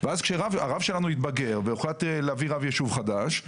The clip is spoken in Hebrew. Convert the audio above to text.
ואז כשהרב שלנו התבגר והוחלט להביא רב ישוב חדש,